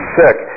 sick